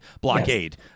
blockade